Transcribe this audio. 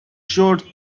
shot